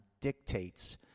dictates